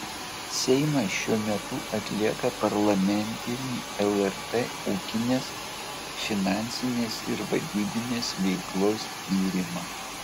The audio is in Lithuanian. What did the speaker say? seimas šiuo metu atlieka parlamentinį lrt ūkinės finansinės ir vadybinės veiklos tyrimą